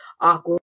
awkward